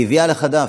ללא יוצא מן הכלל,